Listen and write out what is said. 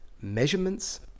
measurements